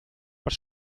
per